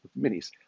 minis